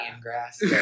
grass